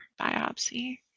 biopsy